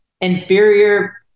inferior